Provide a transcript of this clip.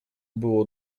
było